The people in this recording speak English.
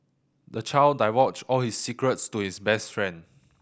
the child divulged all his secrets to his best friend